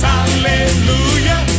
Hallelujah